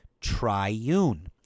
triune